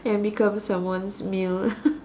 and become someone's meal